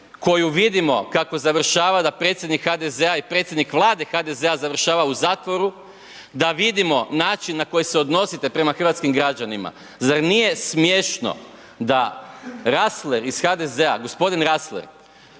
koju vidimo kako završava, da predsjednik HDZ-a i predsjednik Vlade HDZ-a završava u zatvoru, da vidimo način na koji se odnosite prema hrvatskim građanima. Zar nije smiješno da Ressler iz HDZ-a, g. Ressler,